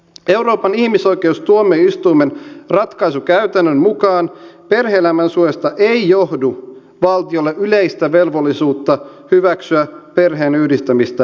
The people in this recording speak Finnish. euroopan ihmisoikeustuomioistuimen ratkaisukäytännön mukaan perhe elämän suojasta ei johdu valtiolle yleistä velvollisuutta hyväksyä perheenyhdistämistä alueellaan